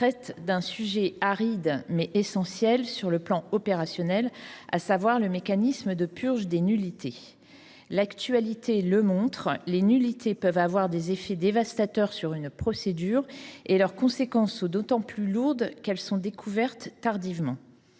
traite d’un sujet aride, mais essentiel sur le plan opérationnel, à savoir le mécanisme de purge des nullités. L’actualité le montre : les nullités peuvent avoir des effets dévastateurs sur une procédure, et leurs conséquences sont d’autant plus lourdes qu’elles sont découvertes tardivement.